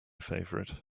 favorite